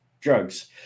drugs